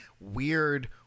weird